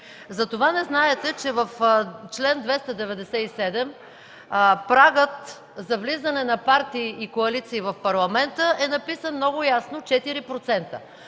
Затова не знаете, че в чл. 297 прагът за влизане на партии и коалиции в Парламента е написан много ясно – 4%.